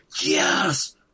yes